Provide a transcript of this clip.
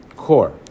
Core